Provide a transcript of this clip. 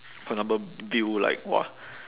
for example view like !wah!